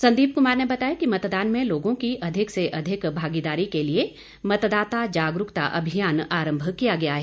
संदीप कुमार ने बताया कि मतदान में लोगों की अधिक से अधिक भागीदारी के लिए मतदाता जागरूकता अभियान आरंभ किया गया है